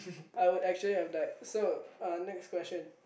I would actually have have died so uh next question